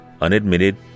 unadmitted